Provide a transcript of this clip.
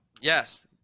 Yes